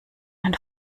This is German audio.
mein